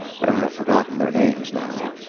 but i have forgotten their names now.